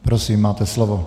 Prosím, máte slovo.